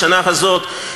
בשנה הזאת,